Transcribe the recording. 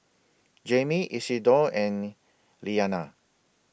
Jaime Isidore and Liliana